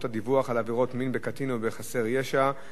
הדיווח על עבירות מין בקטין או בחסר ישע),